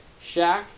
Shaq